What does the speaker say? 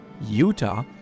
Utah